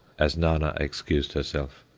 as nana excused herself.